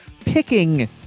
picking